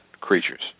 creatures